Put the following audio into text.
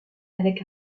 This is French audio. avec